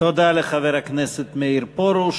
תודה לחבר הכנסת מאיר פרוש,